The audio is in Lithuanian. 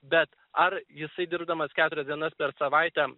bet ar jisai dirbdamas keturias dienas per savaitę